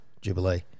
Jubilee